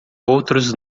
outros